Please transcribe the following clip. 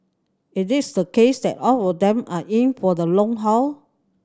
is this the case that all of them are in for the long haul